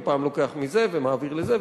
ופעם לוקח מזה ומעביר לזה,